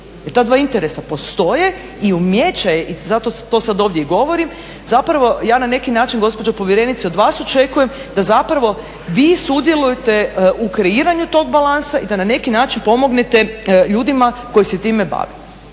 ta dva interesa postoje i umijeće je, i zato to sad i ovdje i govorim, zapravo ja na neki način gospođo povjerenice od vas očekujem da zapravo vi sudjelujete u kreiranju tog balansa i da na neki način pomognete ljudima koji se time bave.